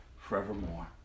forevermore